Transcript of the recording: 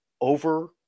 over-